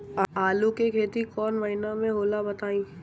आलू के खेती कौन महीना में होला बताई?